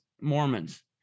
Mormons